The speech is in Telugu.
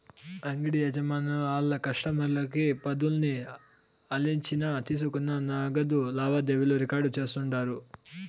అంగిడి యజమానులు ఆళ్ల కస్టమర్ల పద్దుల్ని ఆలిచ్చిన తీసుకున్న నగదు లావాదేవీలు రికార్డు చేస్తుండారు